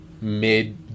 mid-